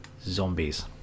zombies